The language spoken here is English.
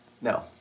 No